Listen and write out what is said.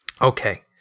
Okay